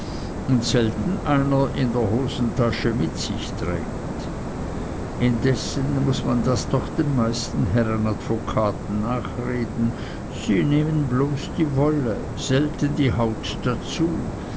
und selten einer in der hosentasche mit sich trägt indessen muß man das doch den meisten herren advokaten nachreden sie nehmen bloß die wolle selten die haut dazu